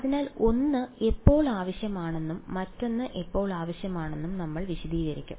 അതിനാൽ 1 എപ്പോൾ ആവശ്യമാണെന്നും മറ്റൊന്ന് എപ്പോൾ ആവശ്യമാണെന്നും നമ്മൾ വിശദീകരിക്കും